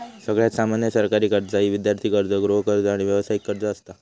सगळ्यात सामान्य सरकारी कर्जा ही विद्यार्थी कर्ज, गृहकर्ज, आणि व्यावसायिक कर्ज असता